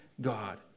God